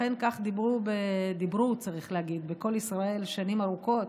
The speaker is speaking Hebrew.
לכן כך דיברו בקול ישראל שנים ארוכות,